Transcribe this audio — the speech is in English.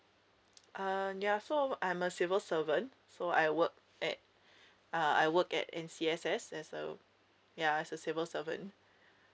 uh ya so I'm a civil servant so I work at uh I work at ncss as ya as a civil servant